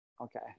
okay